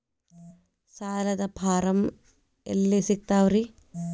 ಸಾಲದ ಫಾರಂ ಎಲ್ಲಿ ಸಿಕ್ತಾವ್ರಿ?